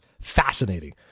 fascinating